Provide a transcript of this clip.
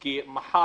כי מחר,